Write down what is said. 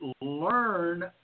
learn